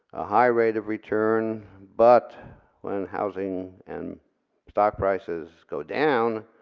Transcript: a high rate of return but when housing and stock prices go down,